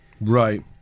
Right